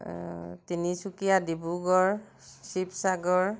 Tinsukia Dibrugarh Sivasagar